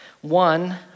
one